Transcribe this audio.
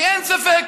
כי אין ספק,